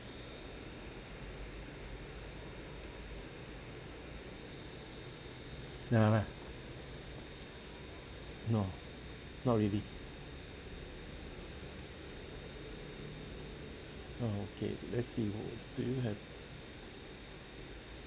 nah lah no not really ah okay let's see wh~ do you have